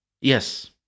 Yes